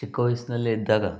ಚಿಕ್ಕ ವಯಸ್ಸಿನಲ್ಲೇ ಇದ್ದಾಗ